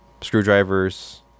screwdrivers